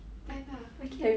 ten ah